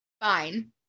Fine